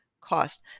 cost